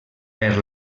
per